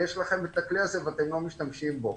יש לכם את הכלי הזה ואתם לא משתמשים בו.